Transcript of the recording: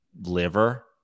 liver